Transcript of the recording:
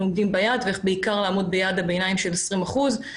עומדים ביעד ואיך בעיקר לעמוד ביעד הביניים של 20 אחוזים.